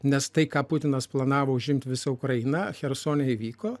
nes tai ką putinas planavo užimti visą ukrainą chersone įvyko